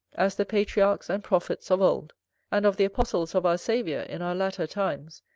as the patriarchs and prophets of old and of the apostles of our saviour in our latter times,